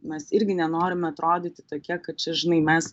mes irgi nenorime atrodyti tokie kad čia žinai mes